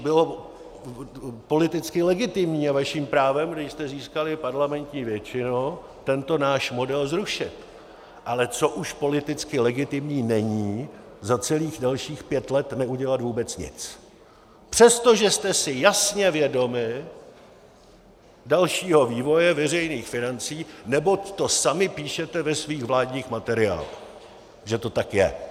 Bylo politicky legitimní a bylo vaším právem, když jste získali parlamentní většinu, tento náš model zrušit, ale co už politicky legitimní není, za celých dalších pět let neudělat vůbec nic, přestože jste si jasně vědomi dalšího vývoje veřejných financí, neboť to sami píšete ve svých vládních materiálech, že to tak je.